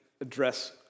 address